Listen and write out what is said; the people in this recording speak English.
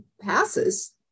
passes